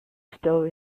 stove